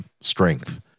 strength